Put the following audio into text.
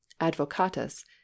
advocatus